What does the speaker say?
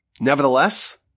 Nevertheless